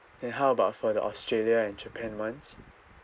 then how about for the australia and japan [ones]